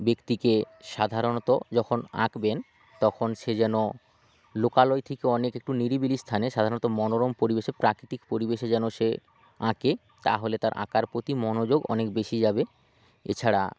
ব্যক্তিকে সাধারণত যখন আঁকবেন তখন সে যেন লোকালয় থেকে অনেক একটু নিরিবিলি স্থানে সাধারণত মনোরম পরিবেশে প্রাকৃতিক পরিবেশে যেন সে আঁকে তাহলে তার আঁকার প্রতি মনোযোগ অনেক বেশি যাবে এছাড়া